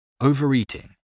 overeating